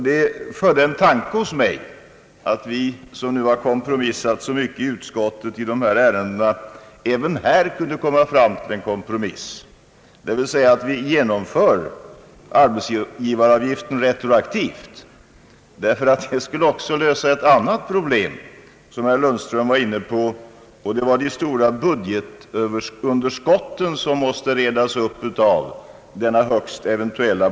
Det födde en tanke hos mig att vi, som har kompromissat så mycket i utskottet i dessa ärenden, även här kunde komma fram till en kompromiss: vi skulle kunna införa arbetsgivaravgiften retroaktivt! Det skulle lösa också ett annat problem för herr Lundström, nämligen de stora budgetunderskotten, som måste redas upp av en kommande högst ev.